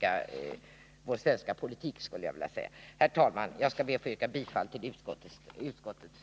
Herr talman! Jag ber att få yrka bifall till utskottets hemställan.